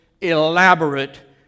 elaborate